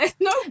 no